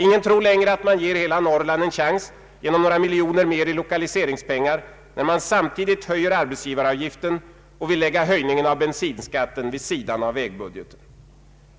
Ingen tror längre att man ger hela Norrland en chans genom några miljoner mer i lokaliseringspengar, när man samtidigt höjer arbetsgivaravgiften och vill lägga höjningen av bensinskatten vid sidan av vägbudgeten.